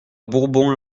bourbon